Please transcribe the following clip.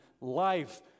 life